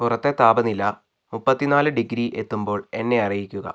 പുറത്തെ താപനില മുപ്പത്തിനാല് ഡിഗ്രി എത്തുമ്പോൾ എന്നെ അറിയിക്കുക